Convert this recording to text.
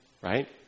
right